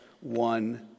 one